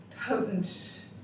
potent